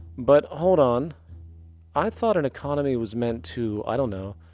but, hold on i thought an economy was meant to, i don't know.